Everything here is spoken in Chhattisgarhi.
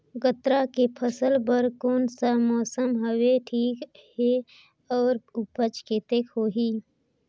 गन्ना के फसल बर कोन सा मौसम हवे ठीक हे अउर ऊपज कतेक होही?